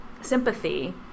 sympathy